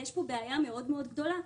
יש פה בעיה מאוד מאוד גדולה,